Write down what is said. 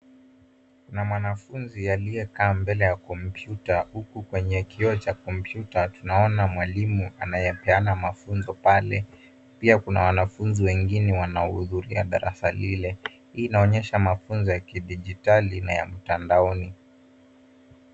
Kuna mwanafunzi aliyekaa mbele ya kompyuta, huku kwenye kioo cha kompyuta tunaona mwalimu anayepeana mafunzo pale. Pia kuna wanafunzi wengine wanaohudhuria darasa lile. Hii inaonyesha mafunzo ya kidijitali na ya mtandaoni.